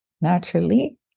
naturally